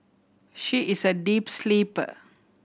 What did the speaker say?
she is a deep sleeper